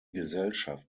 gesellschaft